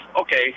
okay